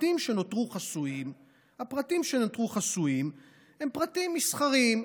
הפרטים שנותרו חסויים הם פרטים מסחריים.